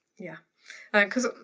yeah. and cause,